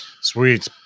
Sweet